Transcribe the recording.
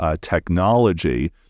technology